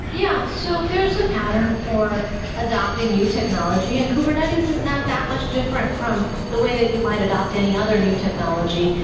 yeah. so there's a pattern for adopting new technology, and kubernetes is not that much different from the way that you might adopt any other new technology.